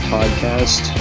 Podcast